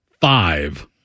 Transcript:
five